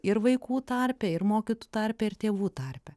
ir vaikų tarpe ir mokytų tarpe ir tėvų tarpe